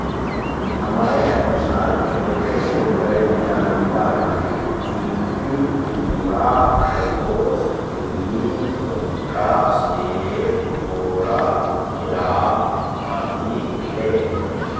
हमाये अनुसार छोटे से बड़े जानवर। चिंटी, चूहा, खरगोश, बिल्ली, कुत्ता, शेर, घोड़ा, जिराफ, हाथी, व्हेल।